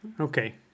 Okay